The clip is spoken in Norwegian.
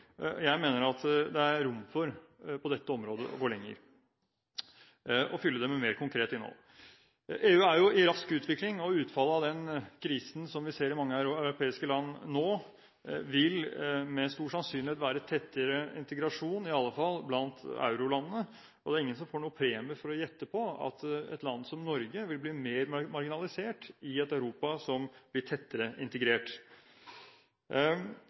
Jeg mener at det på dette området er rom for å gå lenger og fylle det med et mer konkret innhold. EU er i rask utvikling, og utfallet av den krisen vi nå ser i europeiske land, vil med stor sannsynlighet være tettere integrasjon, i alle fall blant eurolandene. Det er ingen som får noen premie for å gjette at et land som Norge vil bli mer marginalisert i et Europa som blir tettere integrert.